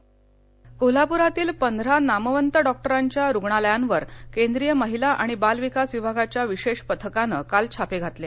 doctors छापा कोल्हापूरातील पंधरा नामवंत डॉक्टरांच्या रुग्णालयांवर केंद्रीय महिला आणि बाल विकास विभागाच्या विशेष पथकानं काल छापे घातले